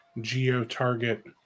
geo-target